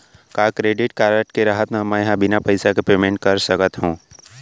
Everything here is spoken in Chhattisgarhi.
का क्रेडिट कारड के रहत म, मैं ह बिना पइसा के पेमेंट कर सकत हो?